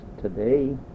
today